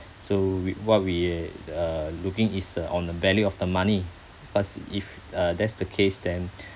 so we what we uh looking is uh on the value of the money cause if uh that's the case then